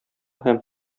һәм